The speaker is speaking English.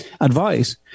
advice